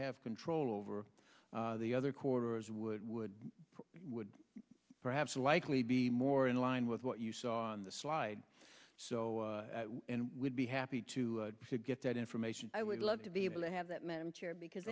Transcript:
have control over the other quarter is would would would perhaps likely be more in line with what you saw on the slide so and would be happy to get that information i would love to be able to have that madam chair because